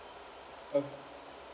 orh